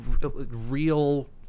real